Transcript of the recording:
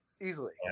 Easily